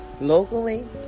locally